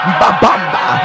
babamba